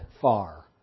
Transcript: far